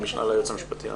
המשנה ליועץ המשפטי לממשלה.